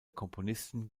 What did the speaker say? komponisten